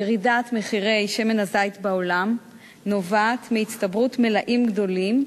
ירידת מחירי שמן הזית בעולם נובעת מהצטברות מלאים גדולים,